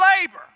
labor